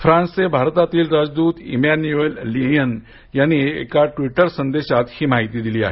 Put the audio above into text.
फ्रांसचे भारतातील राजदूत Emmanuel Lenain यांनी एका ट्विटर संदेशातून ही माहिती दिली आहे